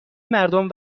مردم